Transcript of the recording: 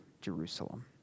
Jerusalem